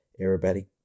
aerobatic